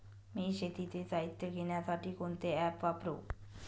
मी शेतीचे साहित्य घेण्यासाठी कोणते ॲप वापरु?